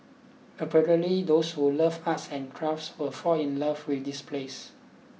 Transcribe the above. apparently those who love arts and crafts will fall in love with this place